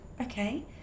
okay